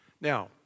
Now